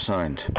Signed